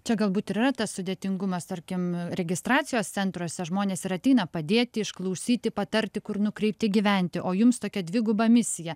čia galbūt ir yra tas sudėtingumas tarkim registracijos centruose žmonės ir ateina padėti išklausyti patarti kur nukreipti gyventi o jums tokia dviguba misija